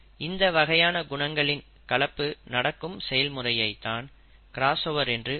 இந்த வகையான குணங்களின் கலப்பு நடக்கும் செயல்முறையை தான் கிராஸ்ஓவர் என்று கூறுவர்